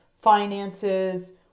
finances